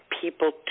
people